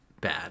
bad